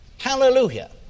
Hallelujah